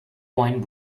wine